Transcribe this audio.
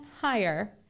higher